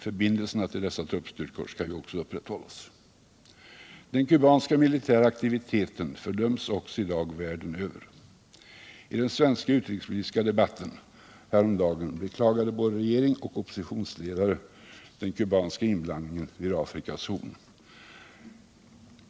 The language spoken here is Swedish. Förbindelserna till dessa truppstyrkor skall ju också upprätthållas. Den kubanska militära aktiviteten fördöms också i dag världen över. I den svenska utrikespolitiska debatten häromdagen beklagade både regeringen och oppositionsledare den kubanska inblandningen i Afrikas horn.